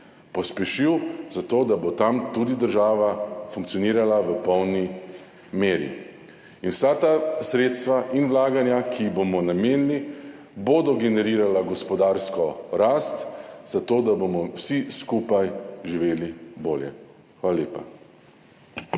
pospešil, zato da bo tam tudi država funkcionirala v polni meri. Vsa ta sredstva in vlaganja, ki jih bomo namenili, bodo generirala gospodarsko rast, zato da bomo vsi skupaj živeli bolje. Hvala lepa.